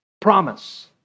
Promise